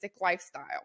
lifestyle